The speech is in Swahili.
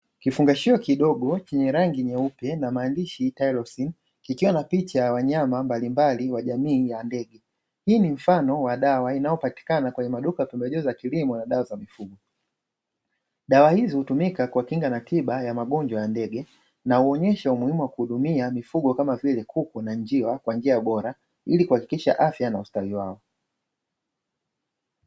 Kifungashio kidogo chenye rangi nyeupe na maandishi "LC" kikiwa na picha ya wanyama mbalimbali wa jamii ya ndege. Hii ni mfano wa dawa inayopatikana kwenye maduka ya pembejeo za kilimo na dawa za mifugo. Dawa hizi hutumika kuwakinga na tiba ya magonjwa ya ndege na huonesha umuhimu wa kuhudumia mifugo kama vile kuku na njiwa kwa njia bora ili kuhakikisha afya na ustawi wao.